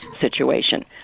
situation